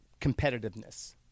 competitiveness